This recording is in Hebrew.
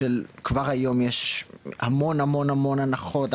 כבר היום יש המון המון הנחות,